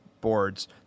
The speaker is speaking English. boards